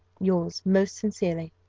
yours most sincerely,